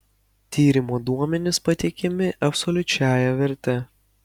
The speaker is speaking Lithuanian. tyrimo duomenys pateikiami absoliučiąja verte